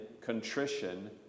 contrition